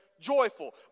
joyful